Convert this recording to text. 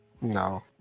no